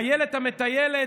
אילת המטיילת,